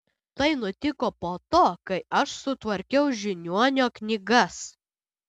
tai nutiko po to kai aš sutvarkiau žiniuonio knygas